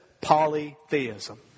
polytheism